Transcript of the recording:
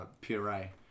puree